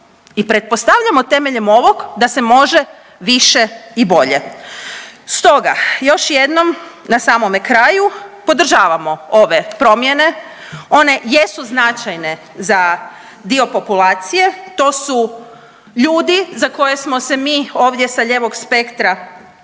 i pretpostavljamo temeljem ovog da se može više i bolje. Stoga još jednom na samome kraju podržavamo ove promjene, one jesu značajne za dio populacije, to su ljudi za koje smo se mi ovdje sa lijevog spektra,